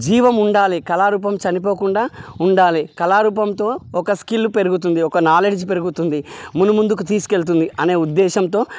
జీవం ఉండాలి కళారూపం చనిపోకుండా ఉండాలి కళారూపంతో ఒక స్కిల్ పెరుగుతుంది ఒక నాలెడ్జ్ పెరుగుతుంది మునుముందుకు తీసుకెళ్తుంది అనే ఉద్దేశంతో